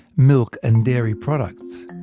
milk and dairy products.